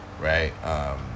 right